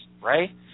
right